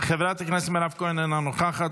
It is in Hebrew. חברת הכנסת מירב כהן, אינה נוכחת,